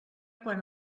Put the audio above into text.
quan